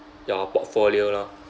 your portfolio lor